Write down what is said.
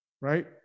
right